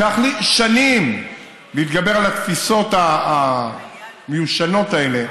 לקח לי שנים להתגבר על התפיסות המיושנות האלה,